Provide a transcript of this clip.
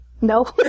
no